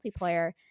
multiplayer